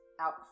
out